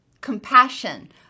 compassion